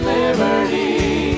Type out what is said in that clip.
liberty